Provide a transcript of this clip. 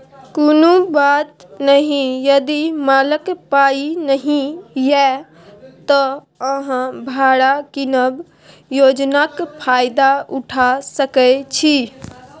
कुनु बात नहि यदि मालक पाइ नहि यै त अहाँ भाड़ा कीनब योजनाक फायदा उठा सकै छी